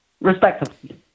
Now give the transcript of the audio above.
respectively